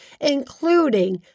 including